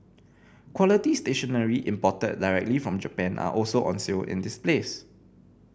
quality stationery imported directly from Japan are also on sale in this place